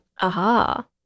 Aha